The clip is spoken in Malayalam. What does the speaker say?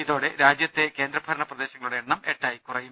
ഇതോടെ രാജ്യത്തെ കേന്ദ്രഭരണ പ്രദേശങ്ങളുടെ എണ്ണം എട്ടായി കുറയും